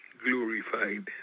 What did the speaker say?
Glorified